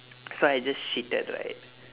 so I just shitted right